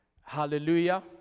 Hallelujah